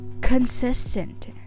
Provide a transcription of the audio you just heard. consistent